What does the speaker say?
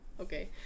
okay